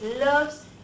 loves